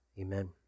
amen